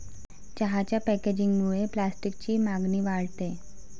चहाच्या पॅकेजिंगमुळे प्लास्टिकची मागणी वाढते